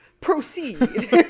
Proceed